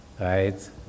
Right